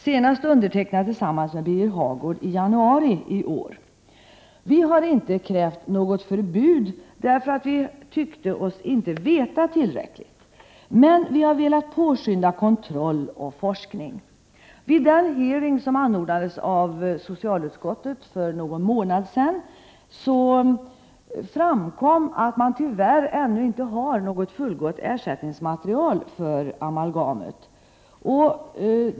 Senast var det undertecknad tillsammans med Birger Hagård i januari i år. Vi har inte krävt något förbud, eftersom vi inte tyckte oss veta tillräckligt, men vi har velat påskynda kontroll och forskning. Vid den hearing som anordnades av socialutskottet för någon månad sedan framkom det att man tyvärr ännu inte har något fullgott ersättningsmaterial för amalgam.